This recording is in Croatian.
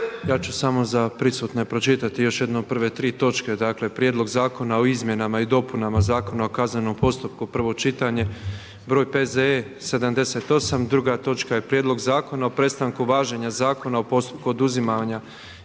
Ja ću samo za prisutne pročitati još jednom prve tri točke dakle: - Prijedlog zakona o izmjenama i dopunama Zakona o kaznenom postupku, prvo čitanje, P.Z.E broj 78, - Prijedlog zakona o prestanku važenja Zakona o postupku oduzimanja